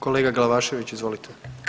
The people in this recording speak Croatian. Kolega Glavašević, izvolite.